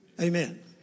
Amen